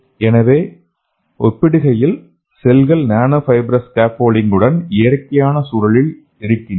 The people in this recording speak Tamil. எனவே ஒப்பிடுகையில் செல்கள் நானோ ஃபைப்ரஸ் ஸ்கேஃபோல்டிங்குடன் இயற்கையான சூழலில் இருக்கின்றன